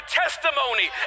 testimony